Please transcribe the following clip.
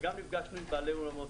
וגם נפגשנו עם בעלי אולמות.